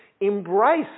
Embrace